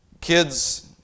kids